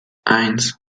eins